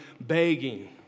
begging